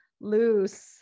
loose